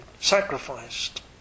sacrificed